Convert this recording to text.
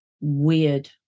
weird